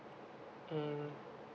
mm